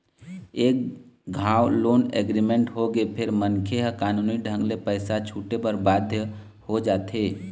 एक घांव loan agreement होगे फेर मनखे ह कानूनी ढंग ले पइसा छूटे बर बाध्य हो जाथे